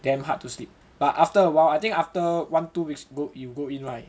damn hard to sleep but after awhile I think after one two weeks you go you go in right